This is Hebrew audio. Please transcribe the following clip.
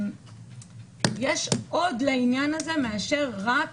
יש עוד לעניין הזה מאשר רק